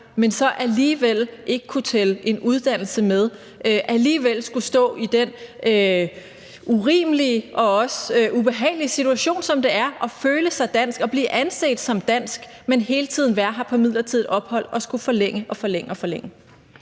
men så alligevel ikke kunne tælle en uddannelse med, alligevel skulle stå i den urimelige og også ubehagelige situation, som det er at føle sig dansk og blive anset som dansk, man hele tiden være her på midlertidigt ophold og blive ved med at skulle ansøge om forlængelse.